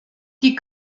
die